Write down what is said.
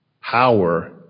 power